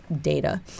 data